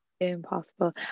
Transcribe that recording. impossible